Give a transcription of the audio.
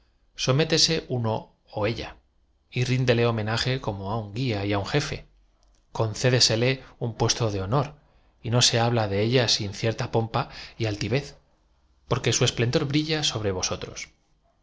sométese uno ó ella y ríndele homenaje como á un gula y á un jefe concédesele un puesto de honor y no se habla de ella sin cierta pompa y altivez porque bu esplendor brilla sobre voaotrob